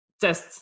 test